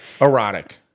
Erotic